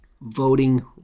Voting